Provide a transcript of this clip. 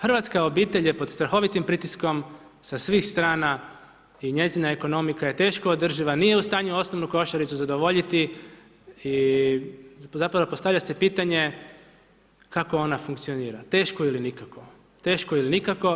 Hrvatska obitelj je pod strahovitim pritiskom sa svih strana i njezina ekonomika je teško održava, nije u stanju osnovnu košaricu zadovoljiti i zapravo postavlja se pitanje, kako ona funkcionira, teško ili nikako, teško ili nikako.